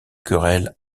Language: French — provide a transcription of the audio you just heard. querelle